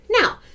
Now